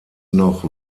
noch